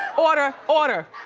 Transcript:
order, ah order.